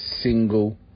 single